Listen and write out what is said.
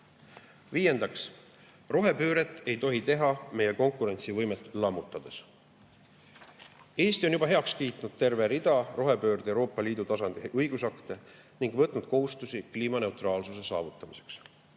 Viiendaks, rohepööret ei tohi teha meie konkurentsivõimet lammutades. Eesti on juba heaks kiitnud terve rea rohepöörde Euroopa Liidu tasandi õigusakte ning võtnud kohustusi kliimaneutraalsuse saavutamiseks.